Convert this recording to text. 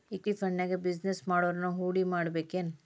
Equity ಫಂಡ್ನ್ಯಾಗ business ಮಾಡೊವ್ರನ ಹೂಡಿಮಾಡ್ಬೇಕೆನು?